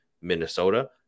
Minnesota